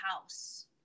house